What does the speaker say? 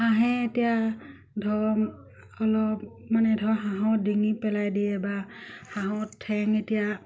হাঁহে এতিয়া ধৰক অলপ মানে ধৰক হাঁহে ডিঙি পেলাই দিয়ে বা হাঁহত ঠেং এতিয়া